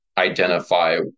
identify